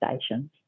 stations